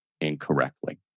incorrectly